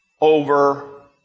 over